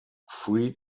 free